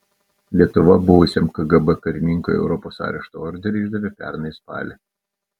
lietuva buvusiam kgb karininkui europos arešto orderį išdavė pernai spalį